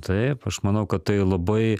taip aš manau kad tai labai